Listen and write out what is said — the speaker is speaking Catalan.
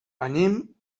anem